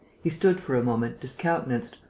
he stood for a moment discountenanced,